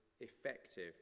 effective